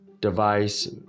device